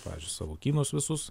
pavyzdžiui savukynus visus